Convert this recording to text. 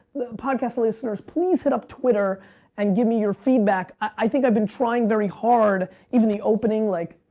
the podcast listeners, please hit up twitter and give me your feedback. i think i've been trying very hard, even the opening, like,